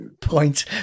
point